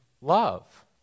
love